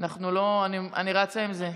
אני רצה עם זה.